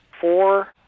Four